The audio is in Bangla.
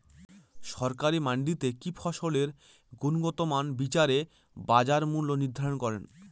সরকারি মান্ডিতে কি ফসলের গুনগতমান বিচারে বাজার মূল্য নির্ধারণ করেন?